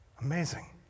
Amazing